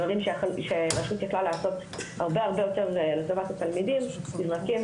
דברים שרשות יכלה לעשות הרבה יותר לטובת התלמידים נזרקים